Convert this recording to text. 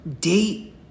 date